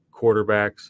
quarterbacks –